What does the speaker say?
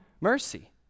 mercy